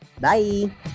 Bye